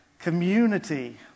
Community